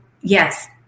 yes